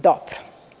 Dobro.